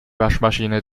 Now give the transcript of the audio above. waschmaschine